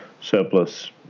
surplus